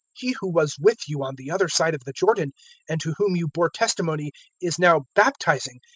he who was with you on the other side of the jordan and to whom you bore testimony is now baptizing,